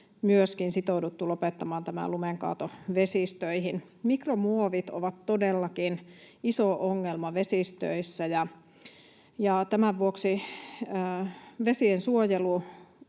myöskin sitouduttu lopettamaan lumenkaato vesistöihin. Mikromuovit ovat todellakin iso ongelma vesistöissä, ja tämän vuoksi vesiensuojelu